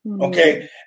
okay